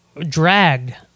dragged